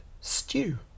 stew